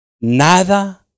nada